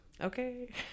okay